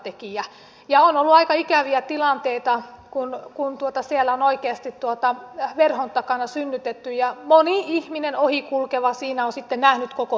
on ollut aika ikäviä tilanteita kun siellä on oikeasti verhon takana synnytetty ja moni ohi kulkeva ihminen siinä on sitten nähnyt koko tapahtuman